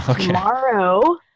tomorrow